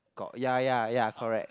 got ya ya ya correct